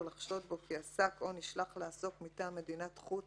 לחשוד בו כי עסק או נשלח לעסוק מטעם מדינת חוץ